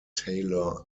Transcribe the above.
taylor